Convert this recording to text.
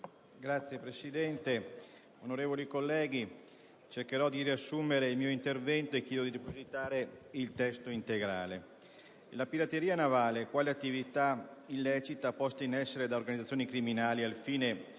Signor Presidente, onorevoli colleghi, cercherò di riassumere il mio intervento e chiedo di depositare il testo integrale. La pirateria navale - quale attività illecita posta in essere da organizzazioni criminali al fine